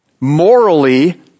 morally